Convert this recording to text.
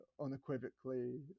unequivocally